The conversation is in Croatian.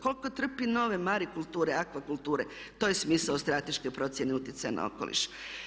Koliko trpi nove marikulture, aqua kulture, to je smisao strateške procjene utjecaja na okoliš.